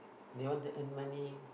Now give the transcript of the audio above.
they want to earn money